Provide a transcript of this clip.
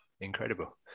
Incredible